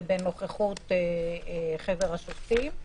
ובנוכחות חבר השופטים,